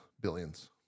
billions